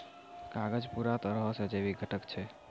कागज पूरा तरहो से जैविक घटक छै